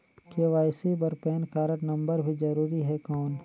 KYC बर PAN card number भी जरूरी हे कौन?